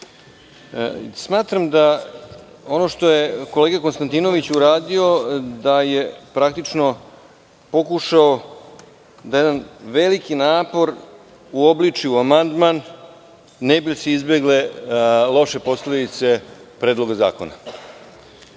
ono što je kolega Konstantinović uradio da je praktično pokušao da jedan veliki napor uobliči u amandman da bi se izbegle loše posledice Predloga zakona. Govorim